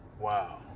Wow